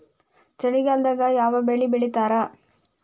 ಚಳಿಗಾಲದಾಗ್ ಯಾವ್ ಬೆಳಿ ಬೆಳಿತಾರ?